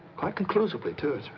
quite conclusively too.